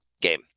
game